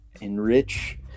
enrich